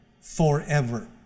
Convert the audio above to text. forever